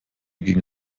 gegen